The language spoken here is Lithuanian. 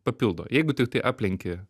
papildo jeigu tiktai aplenki